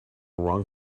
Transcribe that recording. wrong